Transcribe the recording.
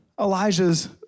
Elijah's